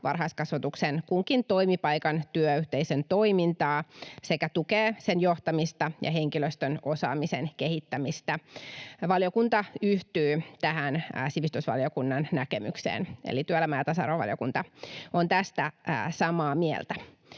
varhaiskasvatuksen kunkin toimipaikan työyhteisön toimintaa sekä tukee sen johtamista ja henkilöstön osaamisen kehittämistä. Valiokunta yhtyy tähän sivistysvaliokunnan näkemykseen, eli työelämä- ja tasa-arvovaliokunta on tästä samaa mieltä.